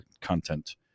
content